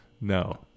No